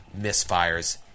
misfires